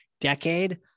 decade